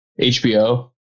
HBO